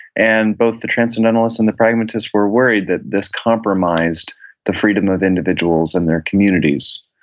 and both the transcendentalists and the pragmatists were worried that this compromised the freedom of individuals and their communities.